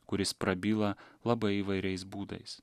kuris prabyla labai įvairiais būdais